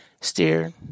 steer